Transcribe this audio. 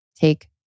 Take